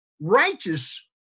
Righteous